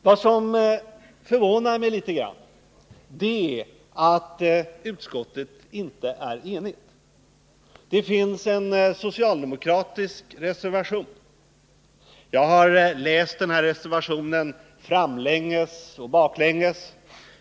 Vad som förvånar mig litet grand är att utskottet inte är enigt. Det finns en socialdemokratisk reservation. Jag har läst den både framlänges och baklänges.